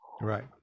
right